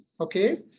okay